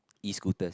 E scooters